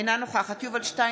אינה נוכחת יובל שטייניץ,